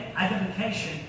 identification